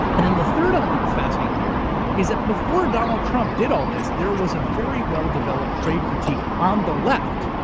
and and the third element that's fascinating here is that before donald trump did all this, there was a very well developed trade critique on the left,